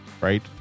right